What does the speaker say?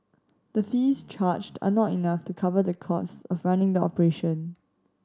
the fees charged are not enough to cover the cost of running the operation